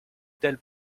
telle